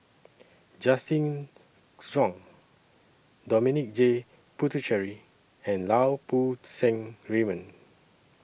Justin Zhuang Dominic J Puthucheary and Lau Poo Seng Raymond